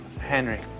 Henry